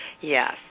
Yes